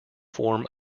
form